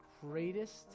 Greatest